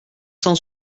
cent